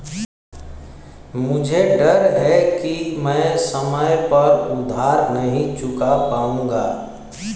मुझे डर है कि मैं समय पर उधार नहीं चुका पाऊंगा